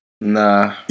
Nah